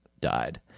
died